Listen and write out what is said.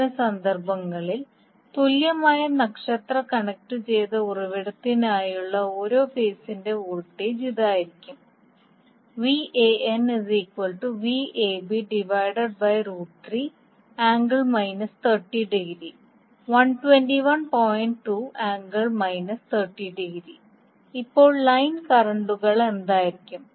അത്തരം സന്ദർഭങ്ങളിൽ തുല്യമായ നക്ഷത്ര കണക്റ്റുചെയ്ത ഉറവിടത്തിനായുള്ള ഓരോ ഫേസിന്റെ വോൾട്ടേജ് ഇത് ആയിരിക്കും ഇപ്പോൾ ലൈൻ കറന്റുകൾ എന്തായിരിക്കും